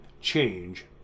change